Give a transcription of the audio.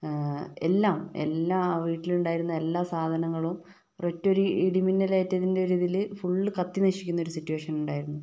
എല്ലാം എല്ലാ ആ വീട്ടിലുണ്ടായിരുന്ന എല്ലാ സാധനങ്ങളും ഒര്ഒറ്റൊരു ഇടിമിന്നലേറ്റതിൻ്റെ ഒരിതില് ഫുള്ള് കത്തി നശിക്കുന്ന ഒരു സിറ്റുവേഷൻ ഉണ്ടായിരുന്നു